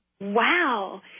Wow